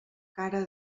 cara